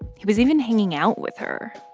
he was even hanging out with her,